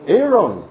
Aaron